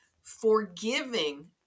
Forgiving